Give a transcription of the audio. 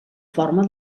forma